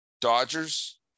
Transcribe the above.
Dodgers